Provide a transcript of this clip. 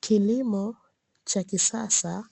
Kilimo cha kisasa